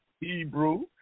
Hebrew